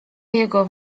jego